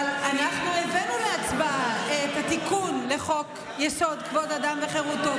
אבל אנחנו הבאנו להצבעה את התיקון לחוק-יסוד: כבוד האדם וחירותו,